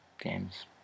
games